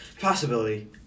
Possibility